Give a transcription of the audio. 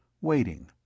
waiting